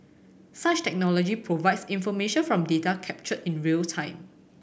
such technology provides information from data captured in real time